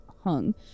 hung